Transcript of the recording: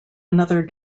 another